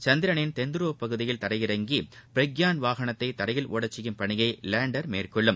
சந்திரளின் தென்துருவப் பகுதியில் தரையிறங்கி பிரக்யான் வாகனத்தை தரையில் ஒடச்செய்யும் பணியை லேண்டர் மேற்கொள்ளும்